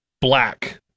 black